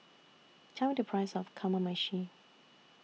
Tell Me The Price of Kamameshi